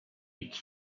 its